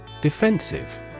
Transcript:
Defensive